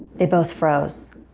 they both froze.